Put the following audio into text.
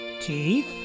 teeth